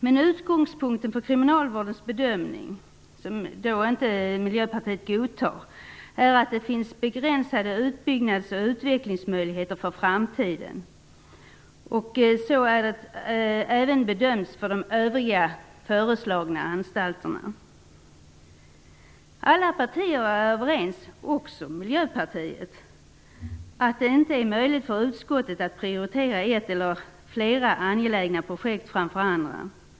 Men utgångspunkten för Kriminalvårdsstyrelsens bedömning, som Miljöpartiet inte godtar, är att det finns begränsade utbyggnads och utvecklingsmöjligheter för framtiden. Den bedömningen har man gjort även när det gäller de övriga föreslagna anstalterna. Alla partier är överens - också Miljöpartiet - om att det inte är möjligt för utskottet att prioritera ett eller flera angelägna projekt framför andra.